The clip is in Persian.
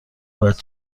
باید